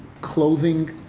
clothing